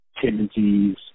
tendencies